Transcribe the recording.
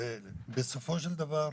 בסופו של דבר,